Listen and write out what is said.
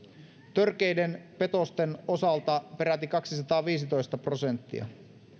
törkeiden petosten osalta peräti kaksisataaviisitoista prosenttia